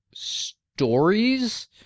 stories